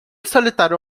solitário